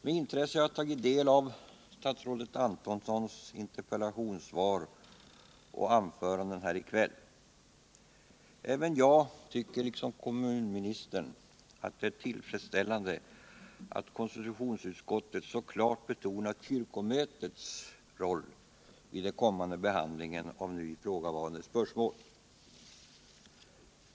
Med intresse har jag tagit del av statsrådet Antonssons interpellationssvar och anföranden här i kväll. I likhet med kommunministern tycker jag det är tuillfredsställande att konstitutionsutskottet så klart betonat kyrkomötets roll vid den kommande behandlingen av ifråga varande spörsmål.